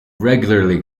regularly